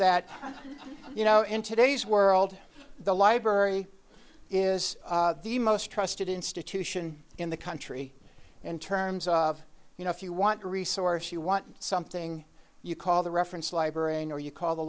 that you know in today's world the library is the most trusted institution in the country in terms of you know if you want a resource you want something you call the reference librarian or you call the